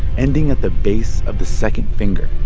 ending at the base of the second finger.